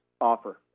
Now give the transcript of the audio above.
offer